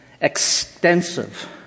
extensive